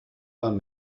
man